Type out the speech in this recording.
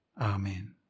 Amen